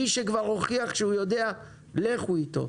מי שכבר הוכיח שהוא יודע לכו איתו.